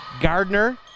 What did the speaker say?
Gardner